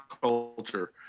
culture